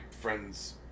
friend's